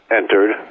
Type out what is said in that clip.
entered